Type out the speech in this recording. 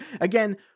again